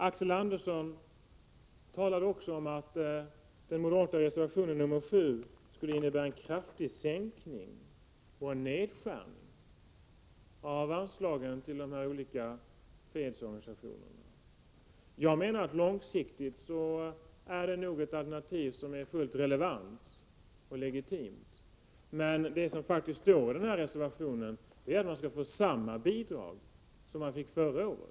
Axel Andersson talade också om att den moderata reservationen 7 skulle innebära en kraftig nedskärning av anslagen till de olika fredsorganisationerna. Jag menar att detta långsiktigt nog är ett alternativ som är fullt relevant och legitimt. Men det som faktiskt står i den här — Prot. 1987/88:95 reservationen är att man skall få samma bidrag som man fick förra året.